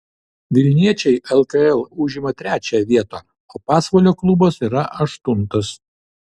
vilniečiai lkl užima trečiąją vietą o pasvalio klubas yra aštuntas